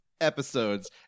episodes